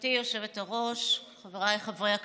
גברתי היושבת-ראש, חבריי חברי הכנסת,